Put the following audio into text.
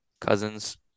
cousins